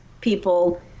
people